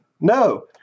No